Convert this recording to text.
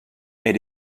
elle